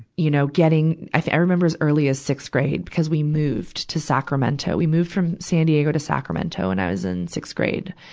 you know, getting i remember as early as sixth grade, because we moved to sacramento. we moved from san diego to sacramento and i was in sixth grade.